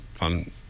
on